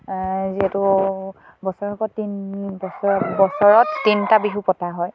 যিহেতু বছৰক তিন বছৰ বছৰত তিনিটা বিহু পতা হয়